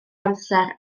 amser